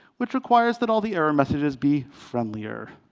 which requires that all the error messages be friendlier.